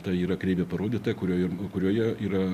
ta yra kreivė parodyta kurioj ir kurioje yra